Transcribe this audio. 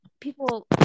people